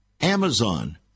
Amazon